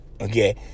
okay